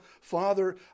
Father